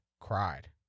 cried